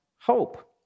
hope